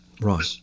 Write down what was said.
Right